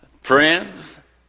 friends